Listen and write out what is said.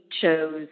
chose